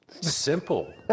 Simple